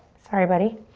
sorry, buddy.